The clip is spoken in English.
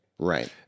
Right